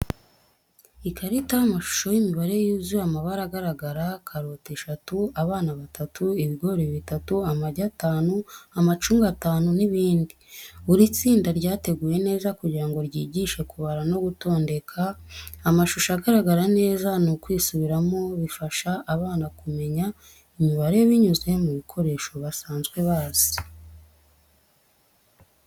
Ikarita y’amashusho y’imibare yuzuye amabara agaragara, karoti eshatu, abana batatu, ibigori bitatu, amagi atanu, amacunga atanu n’ibindi. Buri tsinda ryateguwe neza kugira ngo ryigishwe kubara no gutondeka. Amashusho agaragara neza n’ukwisubiramo bifasha abana kumenya imibare binyuze mu bikoresho basanzwe bazi.